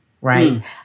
right